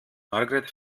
margret